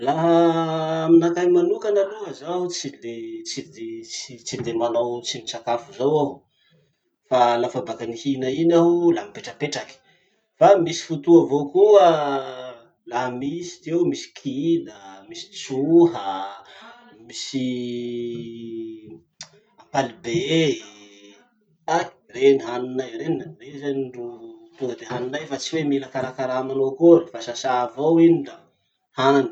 Laha aminakahy manokana aloha, zaho tsy de tsy de tsy tsy de manao tsindri-tsakafo zao aho. Fa lafa baka nihina iny aho, la mipetrapetraky. Fa misy fotoa avao koa laha misy ty eo, misy kida, misy tsoha, misy apalobe, ah! reny haninay reny. Reny zany tonga de haninay fa tsy hoe mila fikarakara manao akory fa sasà avao iny la hany.